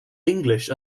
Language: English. english